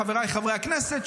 חבריי חברי הכנסת,